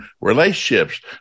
Relationships